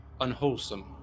unwholesome